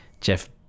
Jeff